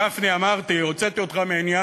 גפני, אמרתי: הוצאתי אותך מהעניין.